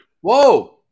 Whoa